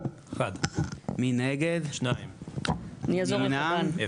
הצבעה בעד, 1 נגד, 2 נמנעים, 0